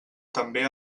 també